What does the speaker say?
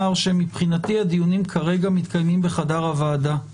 שמבחינתי הדיונים כרגע מתקיימים בחדר הוועדה.